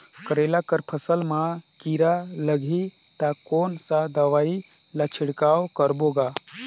करेला कर फसल मा कीरा लगही ता कौन सा दवाई ला छिड़काव करबो गा?